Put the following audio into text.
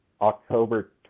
October